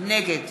נגד